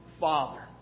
father